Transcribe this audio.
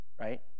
right